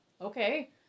okay